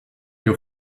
you